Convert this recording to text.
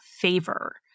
favor